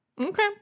Okay